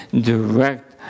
direct